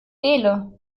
wähle